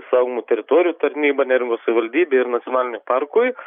saugomų teritorijų tarnyba neringos savivaldybei ir nacionaliniam parkui